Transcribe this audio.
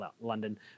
London